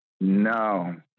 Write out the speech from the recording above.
No